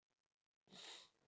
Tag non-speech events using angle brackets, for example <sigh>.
<noise>